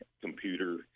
computer